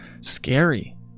scary